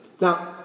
Now